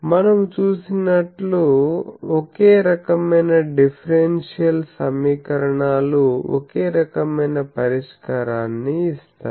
మనము చూసినట్లు ఒకే రకమైన డిఫరెన్షియల్ సమీకరణాలు ఒకే రకమైన పరిష్కారాన్ని ఇస్తాయి